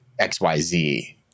XYZ